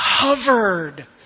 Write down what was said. covered